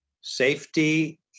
Safety